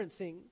referencing